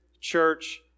church